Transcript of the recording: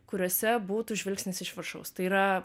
kuriuose būtų žvilgsnis iš viršaus tai yra